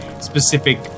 specific